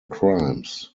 crimes